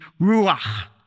ruach